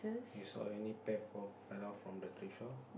you saw any pear fall fell down from the tree shore